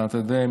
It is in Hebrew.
אתה יודע,